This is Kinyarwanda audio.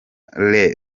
rev